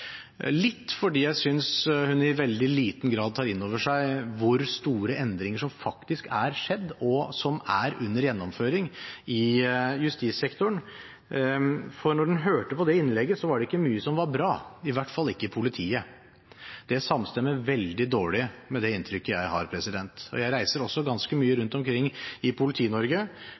litt fordi jeg synes hun i veldig liten grad tar innover seg hvor store endringer som faktisk er skjedd, og som er under gjennomføring i justissektoren. For når en hørte på det innlegget, var det ikke mye som var bra, i hvert fall ikke i politiet. Det samstemmer veldig dårlig med det inntrykket jeg har. Jeg reiser også ganske mye rundt omkring i